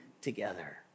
together